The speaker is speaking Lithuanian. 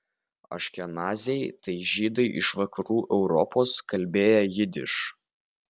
aškenaziai tai žydai iš vakarų europos kalbėję jidiš